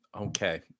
okay